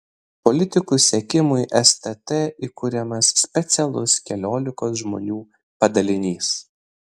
politikų sekimui stt įkuriamas specialus keliolikos žmonių padalinys